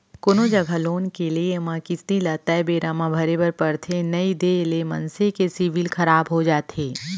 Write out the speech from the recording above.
कोनो जघा लोन के लेए म किस्ती ल तय बेरा म भरे बर परथे नइ देय ले मनसे के सिविल खराब हो जाथे